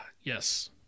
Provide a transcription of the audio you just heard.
Yes